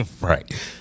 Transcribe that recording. right